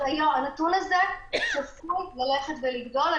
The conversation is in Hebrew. שהיה איזה בלבול שם.